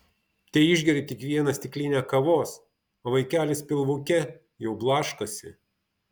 teišgeriu tik vieną stiklinę kavos o vaikelis pilvuke jau blaškosi